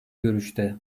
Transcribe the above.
görüşte